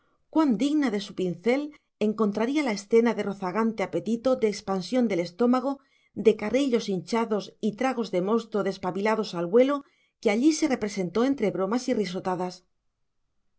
cuán digna de su pincel encontraría la escena de rozagante apetito de expansión del estómago de carrillos hinchados y tragos de mosto despabilados al vuelo que allí se representó entre bromas y risotadas